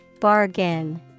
Bargain